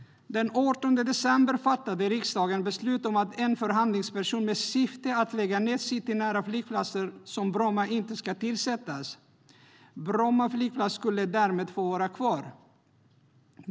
Den 18 december fattade riksdagen beslut om att en förhandlingsperson med syfte att lägga ned citynära flygplatser som Bromma inte ska tillsättas. Bromma flygplats skulle därmed få vara kvar.